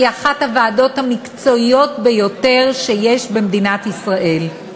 היא אחת הוועדות המקצועיות ביותר שיש במדינת ישראל.